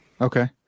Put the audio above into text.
Okay